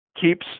keeps